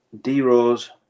D-Rose